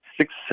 six